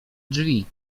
drzwi